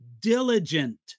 diligent